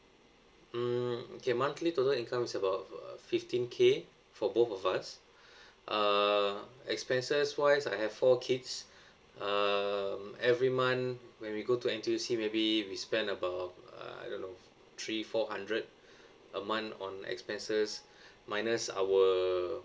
mm okay monthly total income is about err fifteen K for both of us uh expenses wise I have four kids um every month when we go to N_T_U_C maybe we spend about uh I don't know three four hundred a month on expenses minus our